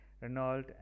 Renault